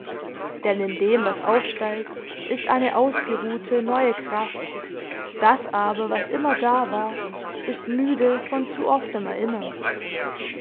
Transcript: denn in dem was aufsteigt ist eine ausgeruhte neue kraft das aber was immer da war ist müde von zu oftem erinnern